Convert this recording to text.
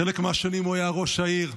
חלק מהשנים הוא היה ראש העיר.